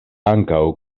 ankaŭ